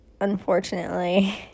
unfortunately